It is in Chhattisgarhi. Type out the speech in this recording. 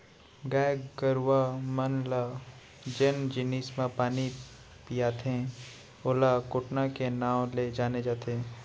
गाय गरूवा मन ल जेन जिनिस म पानी पियाथें ओला कोटना के नांव ले जाने जाथे